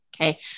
Okay